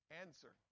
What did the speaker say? Answer